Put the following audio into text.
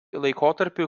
laikotarpiu